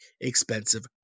expensive